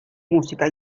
música